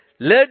Let